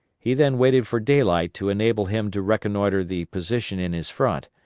he then waited for daylight to enable him to reconnoitre the position in his front,